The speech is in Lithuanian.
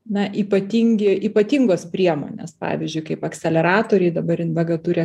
na ypatingi ypatingos priemonės pavyzdžiui kaip akceleratoriai dabar invega turi